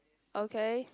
okay